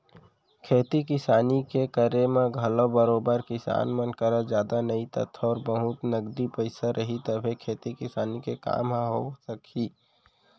खेती किसानी के करे म घलौ बरोबर किसान मन करा जादा नई त थोर बहुत नगदी पइसा रही तभे खेती किसानी के काम ह हो सकही